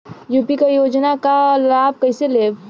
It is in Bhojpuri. यू.पी क योजना क लाभ कइसे लेब?